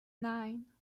nine